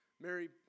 Mary